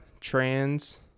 trans